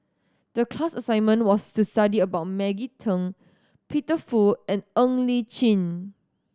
the class assignment was to study about Maggie Teng Peter Fu and Ng Li Chin